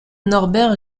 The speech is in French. norbert